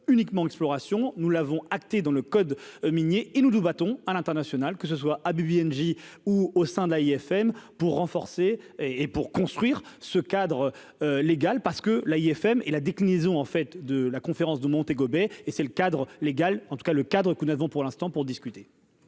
uniquement exploration, nous l'avons acté dans le code minier et nous du bâton à l'international, que ce soit, P&G ou au sein de l'AFM pour renforcer et et pour construire ce cadre légal parce que l'AFM et la déclinaison en fait de la conférence de Monte Gobé et c'est le cadre légal en tout cas le cadre que nous n'avons pour l'instant pour discuter.